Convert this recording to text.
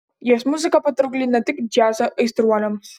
jos muzika patraukli ne tik džiazo aistruoliams